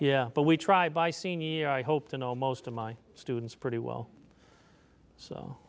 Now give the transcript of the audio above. yeah but we try by senior i hope to know most of my students pretty well so